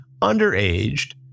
underaged